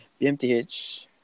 BMTH